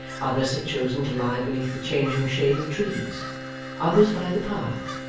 others had chosen to lie beneath the changing shade of trees others by the path,